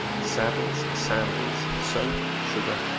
saddles, sandals, soap, sugar,